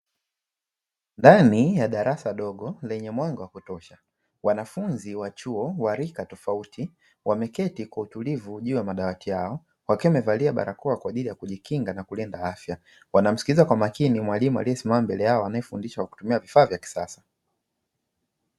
Ndani ya darasa dogo lenye mwanga wa kutosha wanafunzi wa chuo wa rika tofauti wameketi kwa utulivu juu ya madawati hayo wakiwa wamevalia barakoa kwa ajili ya kujikinga na kulinda afya, wanamsikiliza kwa makini mwalimu aliyesimama mbele yao anayefundisha kwa kutumia vifaa vya kisasa.